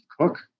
Cook